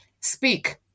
speak